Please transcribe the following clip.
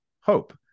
hope